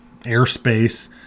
airspace